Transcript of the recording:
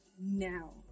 now